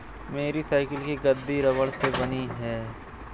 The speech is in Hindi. मेरी साइकिल की गद्दी रबड़ से बनी है